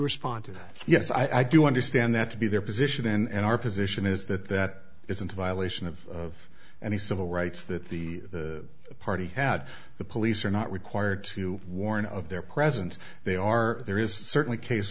respond to yes i do understand that to be their position and our position is that that isn't a violation of any civil rights that the party had the police are not required to warn of their presence they are there is certainly case